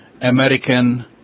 American